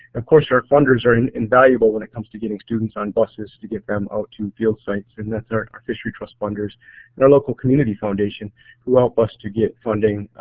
of course, our funders are and invaluable when it comes to students on buses to get them out to field sites and that's our our fishery trust funders and our local community foundation who help us to get funding